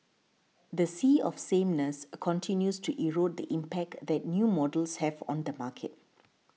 the sea of sameness continues to erode the impact that new models have on the market